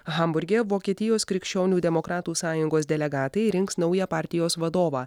hamburge vokietijos krikščionių demokratų sąjungos delegatai rinks naują partijos vadovą